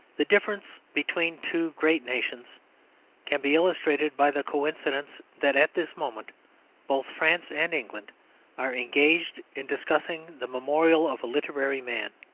the difference between two great nations can be illustrated by the coincidence that at this moment both france and england are engaged in discussing the memorial of a literary man.